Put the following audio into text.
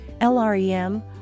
LREM